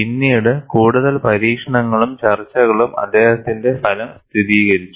പിന്നീട് കൂടുതൽ പരീക്ഷണങ്ങളും ചർച്ചകളും അദ്ദേഹത്തിന്റെ ഫലം സ്ഥിരീകരിച്ചു